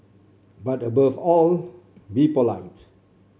but above all be polite